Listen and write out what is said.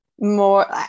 more